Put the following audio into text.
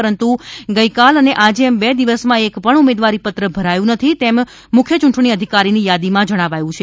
પરંતુ ગઇકાલ અને આજે એમ બે દિવસમાં એક પણ ઉમેદવારીપત્ર ભરાયું નથી તેમ મુખ્ય ચૂંટણી અધિકારીની યાદીમાં જણાવાયું છે